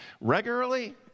regularly